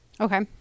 Okay